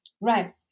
Right